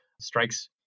strikes